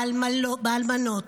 באלמנות,